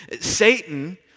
Satan